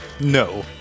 No